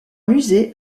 musée